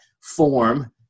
form